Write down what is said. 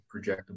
projectable